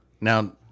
Now